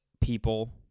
people